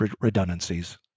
redundancies